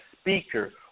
speaker